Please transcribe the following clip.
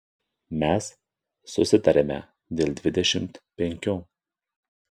mes susitarėme dėl dvidešimt penkių